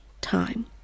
time